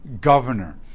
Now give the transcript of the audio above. governor